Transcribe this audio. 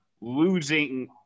losing